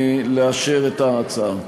לאשר את ההצעה.